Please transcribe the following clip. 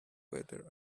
better